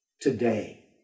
today